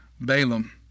Balaam